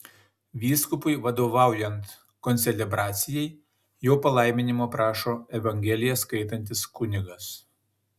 vyskupui vadovaujant koncelebracijai jo palaiminimo prašo evangeliją skaitantis kunigas